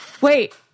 wait